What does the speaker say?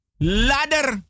ladder